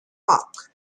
park